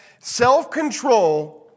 self-control